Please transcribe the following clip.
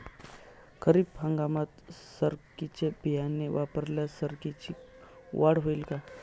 खरीप हंगामात सरकीचे बियाणे वापरल्यास सरकीची वाढ होईल का?